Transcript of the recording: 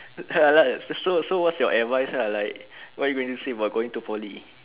ha lah so so what is your advice ah like what you going to say about going to poly